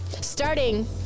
Starting